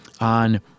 on